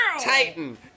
Titan